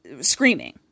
screaming